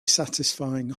satisfying